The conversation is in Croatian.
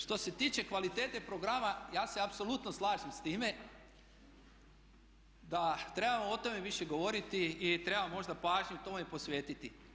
Što se tiče kvalitete programa ja se apsolutno slažem s time da trebamo o tome više govoriti i trebamo možda pažnju tome posvetiti.